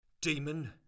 Demon